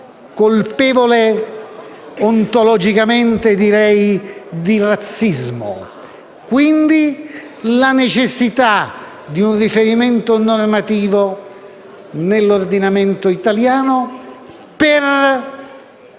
colpevole ontologicamente di razzismo. Da qui discende la necessità di un riferimento normativo nell'ordinamento italiano per